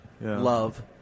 love